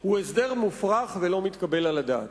הוא הסדר מופרך ולא מתקבל על הדעת.